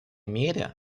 мере